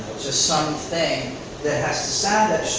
just some thing that has to